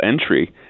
entry